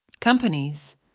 Companies